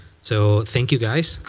so thank you, guys.